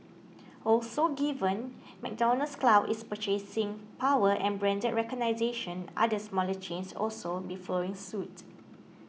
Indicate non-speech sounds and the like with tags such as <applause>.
also given McDonald's clout its purchasing power and brand <unintelligible> other smaller chains could also be following suit